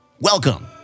Welcome